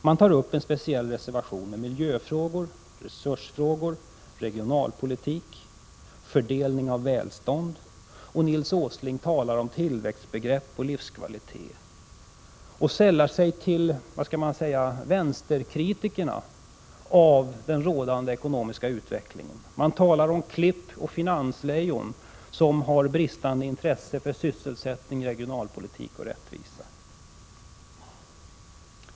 Man har en speciell reservation beträffande miljöfrågor, resursfrågor, regionalpolitik och fördelning av välstånd, och Nils G. Åsling talar om tillväxtbegrepp och livskvalitet, och sällar sig till, vad som kan kallas, vänsterkritikerna av den rådande ekonomiska utvecklingen. Man talar om klipp och finanslejon som har bristande intresse för sysselsättning, regionalpolitik och rättvisa.